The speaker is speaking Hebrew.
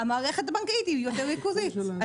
המערכת הבנקאית היא יותר ריכוזית.